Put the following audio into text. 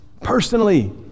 personally